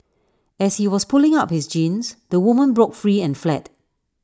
as he was pulling up his jeans the woman broke free and fled